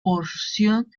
porción